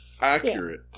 Accurate